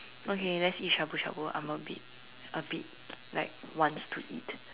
okay let's eat shabu-shabu I'm a bit a bit like wants to eat